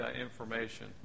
information